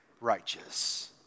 righteous